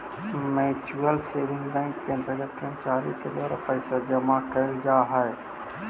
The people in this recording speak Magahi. म्यूच्यूअल सेविंग बैंक के अंतर्गत कर्मचारी के द्वारा पैसा जमा कैल जा हइ